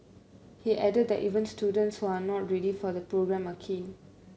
he added that even students who are not ready for the programme are keen